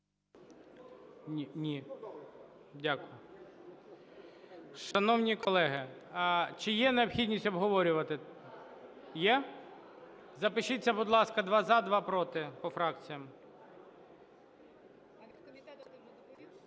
Дякую. Шановні колеги, чи є необхідність обговорювати? Є? Запишіться, будь ласка, два – за, два – проти по фракціях.